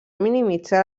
minimitzar